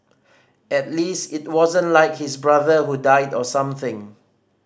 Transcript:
at least it wasn't like his brother who died or something